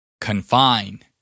Confine